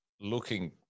looking